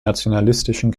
nationalistischen